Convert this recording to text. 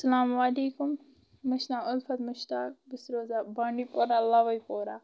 اسلامُ وعلیکُم مےٚ چھُ ناو اُلفت مُشتاق بہٕ چھَس روزان بانڈِی پورا لاوی پورا